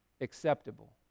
acceptable